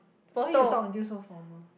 why you talk until so formal